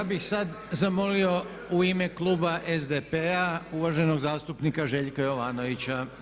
Ja bih sada zamolio u ime kluba SDP-a uvaženog zastupnika Željka Jovanovića.